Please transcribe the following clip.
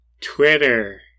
Twitter